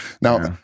Now